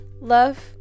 love